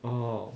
orh